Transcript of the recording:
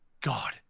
God